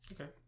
Okay